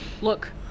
Look